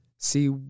See